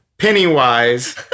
Pennywise